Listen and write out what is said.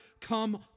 come